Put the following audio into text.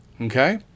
okay